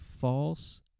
false